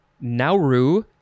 Nauru